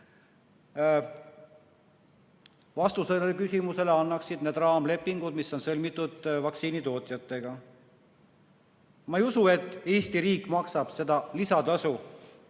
Vastuse sellele küsimusele annaksid need raamlepingud, mis on sõlmitud vaktsiinitootjatega. Ma ei usu, et Eesti riik maksab süstijatele